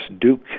Duke